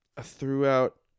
throughout